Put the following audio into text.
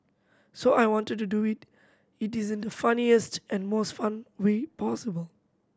so I wanted to do it in the funniest and most fun way possible